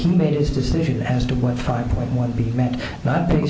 he made his decision as to what five point one he meant not